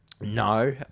No